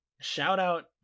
shout-out